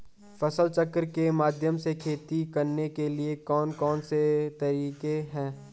फसल चक्र के माध्यम से खेती करने के लिए कौन कौन से तरीके हैं?